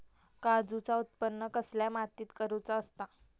काजूचा उत्त्पन कसल्या मातीत करुचा असता?